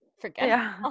forget